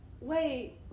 Wait